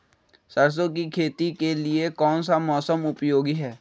सरसो की खेती के लिए कौन सा मौसम उपयोगी है?